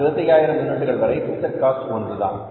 65000 யூனிட்டுகள் வரை fixed cost ஒன்றுதான்